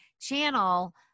channel